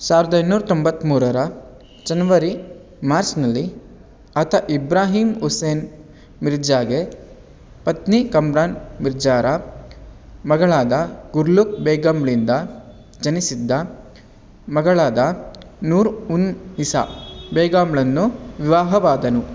ಸಾವ್ರ್ದ ಐನೂರು ತೊಂಬತ್ತು ಮೂರರ ಜನ್ವರಿ ಮಾರ್ಚ್ನಲ್ಲಿ ಆತ ಇಬ್ರಾಹಿಮ್ ಉಸೇನ್ ಮಿರ್ಜಾಗೆ ಪತ್ನಿ ಕಮ್ರಾನ್ ಮಿರ್ಜಾರ ಮಗಳಾದ ಗುಲ್ರುಕ್ ಬೆಗಮ್ಳಿಂದ ಜನಿಸಿದ್ದ ಮಗಳಾದ ನೂರ್ ಉನ್ ಇಸಾ ಬೇಗಮ್ಳನ್ನು ವಿವಾಹವಾದನು